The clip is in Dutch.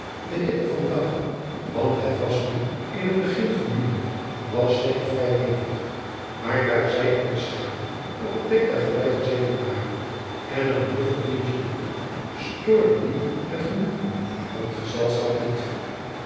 de hitte van den dag want het was nu in het begin van junij was zeker vrij hevig maar daar zij in de schaduw op het dek der galei gezeten waren en er een luchtig windje woei stoorde die het genoegen van het gezelschap niet